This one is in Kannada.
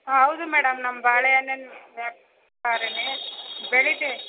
ಹಾಂ ಹೌದು ಮೇಡಮ್ ನಮ್ಮ ಬಾಳೆಹಣ್ಣಿನ ವ್ಯಾಪಾರನೇ ಬೆಳಿಗ್ಗೆ